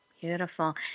Beautiful